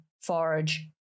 forage